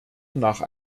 nach